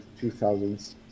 2000s